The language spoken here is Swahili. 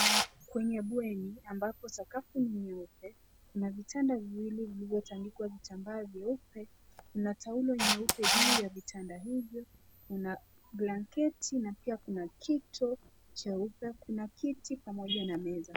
Kwenye bweni ambapo sakafu nyeupe na vitanda viwili vilivyotandikwa vitambaa vyeupe na taulo nyeupe juu ya vitanda hivyo kuna blanketi na pia kuna kito cheupe kuna kiti pamoja na meza.